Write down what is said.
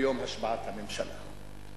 ביום השבעת הממשלה.